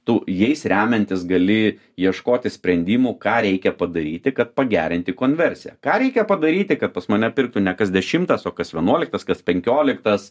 tu jais remiantis gali ieškoti sprendimų ką reikia padaryti kad pagerinti konversiją ką reikia padaryti kad pas mane pirktų ne kas dešimtas o kas vienuoliktas kas penkioliktas